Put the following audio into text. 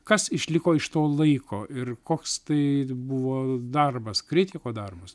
kas išliko iš to laiko ir koks tai buvo darbas kritiko darbas